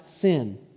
sin